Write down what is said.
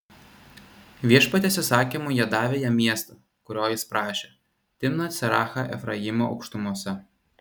viešpaties įsakymu jie davė jam miestą kurio jis prašė timnat serachą efraimo aukštumose